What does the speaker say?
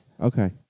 Okay